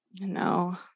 No